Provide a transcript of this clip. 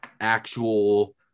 actual